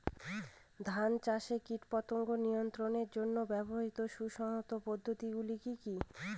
ধান চাষে কীটপতঙ্গ নিয়ন্ত্রণের জন্য ব্যবহৃত সুসংহত পদ্ধতিগুলি কি কি?